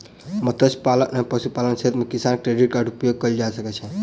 मत्स्य पालन एवं पशुपालन क्षेत्र मे किसान क्रेडिट कार्ड उपयोग कयल जा सकै छै